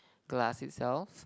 glass itself